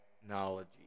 technology